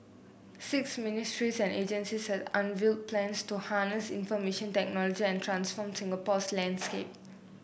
six ministries and agencies has unveiled plans to harness information technology and transform Singapore's landscape